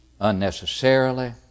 unnecessarily